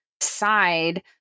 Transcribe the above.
side